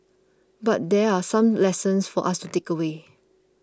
but there are some lessons for us to takeaway